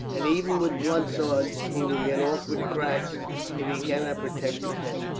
and even with blunt swords he will get awkward cracks if he cannot protect his head.